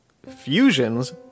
fusions